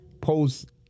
post